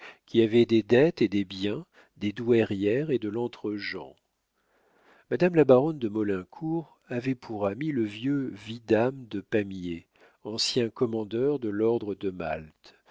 qui avaient des dettes et des biens des douairières et de l'entregent madame la baronne de maulincour avait pour ami le vieux vidame de pamiers ancien commandeur de l'ordre de malte